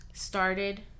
Started